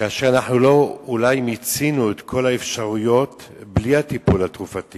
כאשר אולי לא מיצינו את כל האפשרויות בלי הטיפול התרופתי